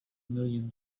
million